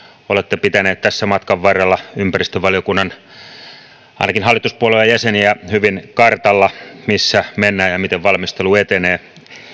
olette pitänyt tässä matkan varrella ainakin ympäristövaliokunnan hallituspuolueen jäseniä hyvin kartalla missä mennään ja miten valmistelu etenee